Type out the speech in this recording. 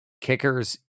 kickers